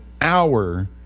hour